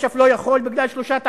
אש"ף לא יכול בגלל שלושה טעמים: